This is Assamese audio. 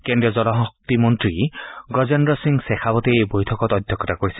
কেন্দ্ৰীয় জলশক্তি মন্ত্ৰী গজেন্দ্ৰ সিং শেখাৱাতে এই বৈঠকত অধ্যক্ষতা কৰিছে